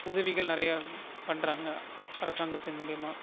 உதவிகள் நிறையா பண்றாங்க அரசாங்கத்தின் மூலிமா